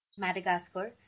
Madagascar